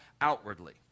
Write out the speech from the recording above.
outwardly